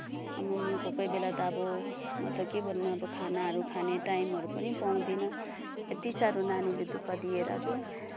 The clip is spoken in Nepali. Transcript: आम्मामा कोही कोही बेला त अब म त के भन्नु अब खानाहरू खाने टाइमहरू पनि पाउँदिन यति साह्रो नानीले दुःख दिएर कि